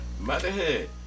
motherhood